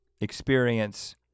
experience